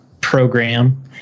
program